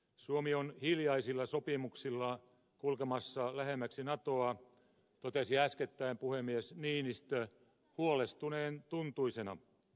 suomi on hiljaisilla sopimuksilla kulkemassa lähemmäksi natoa totesi äskettäin puhemies niinistö huolestuneen tuntuisena